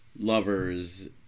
lovers